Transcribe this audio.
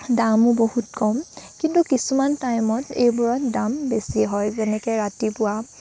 দামো বহুত কম কিন্তু কিছুমান টাইমত এইবোৰত দাম বেছি হয় যেনেকৈ ৰাতিপুৱা